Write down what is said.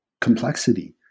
complexity